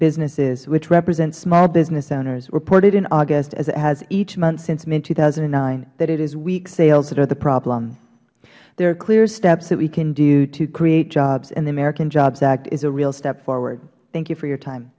businesses which represents small business owners reported in august as it has each month since mid two thousand and nine that it is weak sales that is the problem there are clear steps we can take to create jobs and the american jobs act is a real step forward thank you for your time